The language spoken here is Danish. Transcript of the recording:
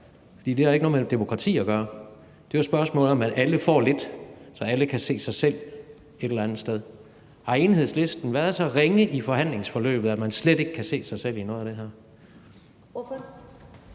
for det har ikke noget med demokrati at gøre. Det er et spørgsmål om, at alle får lidt, så alle kan se sig selv et eller andet sted. Har Enhedslisten været så ringe i forhandlingsforløbet, at man slet ikke kan se sig selv i noget af det her?